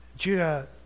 Judah